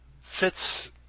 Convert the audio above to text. fits